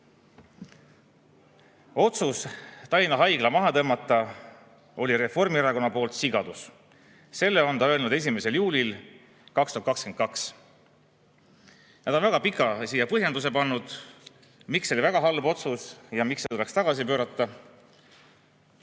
otsus Tallinna Haigla maha tõmmata oli Reformierakonna poolt sigadus. Selle on ta öelnud 1. juulil 2022. Ja ta on toonud väga pika põhjenduse, miks see oli väga halb otsus ja miks selle peaks tagasi pöörama.